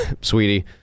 sweetie